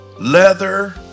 leather